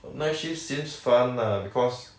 night shift seems fun lah because